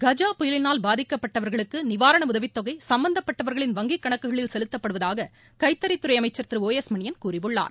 கஜ புயலினால் பாதிக்கப்பட்டவர்களுக்கு நிவாரண உதவித் தொகை சம்மந்தப்பட்டவர்களின் வங்கிக் கணக்குகளில் செலுத்தப்படுவதாக கைத்தறித் துறை அமைச்சர் திரு ஒ எஸ் மணியள் கூறியுள்ளார்